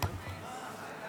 חבריי חברי הכנסת,